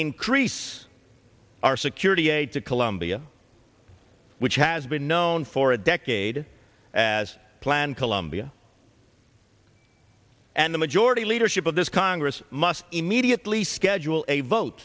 increase our security aid to colombia which has been known for a decade as plan colombia and the majority leadership of this congress must immediately schedule a vote